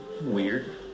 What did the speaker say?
weird